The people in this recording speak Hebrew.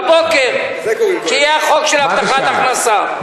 בבוקר, כשיהיה החוק של הבטחת הכנסה.